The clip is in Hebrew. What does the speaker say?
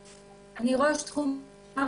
אני ראש תחום נוער